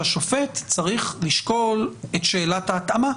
שהשופט צריך לשקול את שאלת ההתאמה.